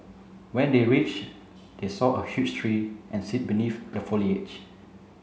when they reached they saw a huge tree and sit beneath the foliage